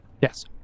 yes